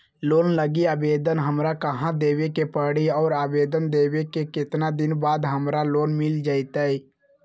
Loan लागी आवेदन हमरा कहां देवे के पड़ी और आवेदन देवे के केतना दिन बाद हमरा लोन मिल जतई?